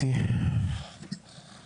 את תהיי, את תהיי,